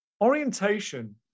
Orientation